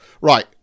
right